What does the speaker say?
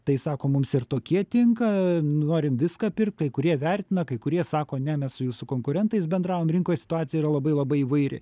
tai sako mums ir tokie tinka norim viską pirkt kai kurie vertina kai kurie sako ne mes su jūsų konkurentais bendravom rinkoj situacija yra labai labai įvairi